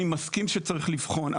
אני מסכים שצריך לבחון,